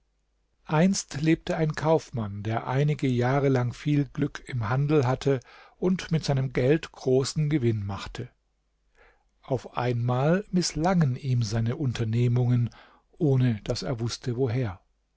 einst lebte ein kaufmann der einige jahre lang viel glück im handel hatte und mit seinem geld großen gewinn machte auf einmal mißlangen ihm seine unternehmungen ohne daß er wußte woher